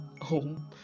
home